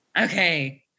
okay